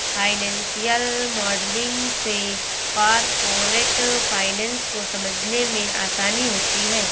financial modelling से corporate finance को समझने में आसानी होती है